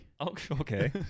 okay